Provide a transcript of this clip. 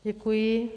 Děkuji.